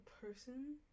person